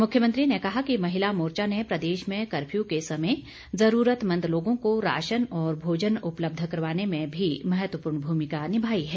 मुख्यमंत्री ने कहा कि महिला मोर्चा ने प्रदेश में कर्फ्यू के समय जरूरतमंद लोगों को राशन और भोजन उपलब्ध करवाने में भी महत्वपूर्ण भूमिका निभाई है